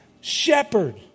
Shepherd